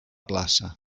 plaça